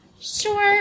Sure